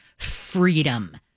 Freedom